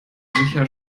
sicher